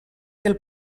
del